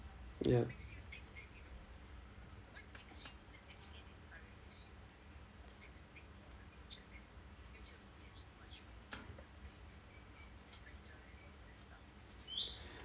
ya